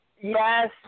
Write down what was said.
Yes